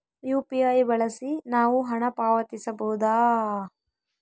UPI ಬಳಸಿ ನಾವು ಹಣ ಪಾವತಿಸಬಹುದಾ?